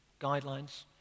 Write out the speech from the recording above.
guidelines